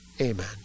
Amen